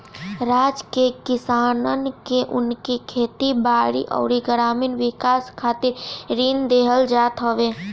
राज्य के किसानन के उनकी खेती बारी अउरी ग्रामीण विकास खातिर ऋण देहल जात हवे